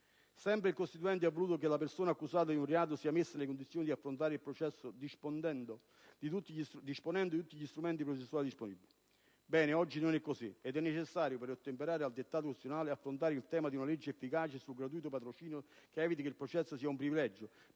Sempre il costituente ha voluto che la persona accusata di un reato sia messa nelle condizioni di affrontare il processo disponendo di tutti gli strumenti processuali disponibili; ebbene, oggi non è così ed è necessario, per ottemperare al dettato costituzionale affrontare il tema di una legge efficace sul gratuito patrocinio che eviti che il processo sia un "privilegio"